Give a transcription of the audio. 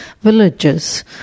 villages